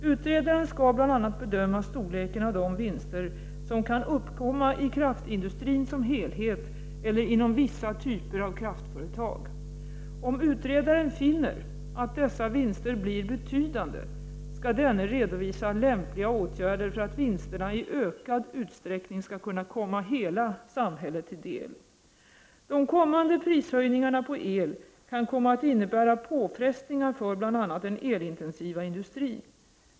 Utredaren skall bl.a. bedöma storleken av de vinster som kan uppkomma i kraftindustrin som helhet eller inom vissa typer av kraftföretag. Om utredaren finner att dessa vinster blir betydande skall denne redovisa lämpliga åtgärder för att vinsterna i ökad utsträckning skall kunna komma hela samhället till del. De kommande prishöjningarna på el kan komma att innebära påfrestningar för bl.a. den elintensiva industrin.